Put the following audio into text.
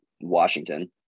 Washington